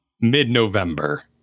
mid-November